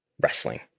wrestling